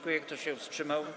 Kto się wstrzymał?